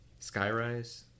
Skyrise